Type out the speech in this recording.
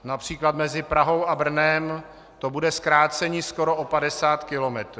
Například mezi Prahou a Brnem to bude zkrácení skoro o 50 km.